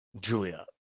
Julia